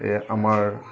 এই আমাৰ